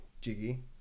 jiggy